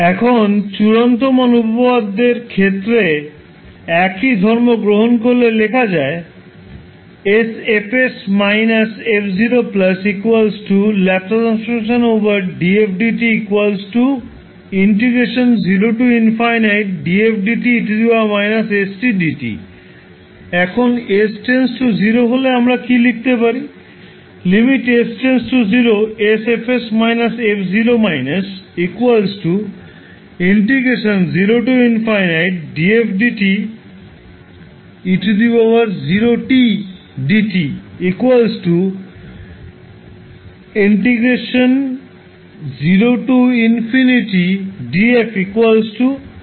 এখন চূড়ান্ত মান উপপাদ্যের ক্ষেত্রে একই ধর্ম গ্রহণ করলে লেখা যায় এখন s → 0 হলে আমরা কী লিখতে পারি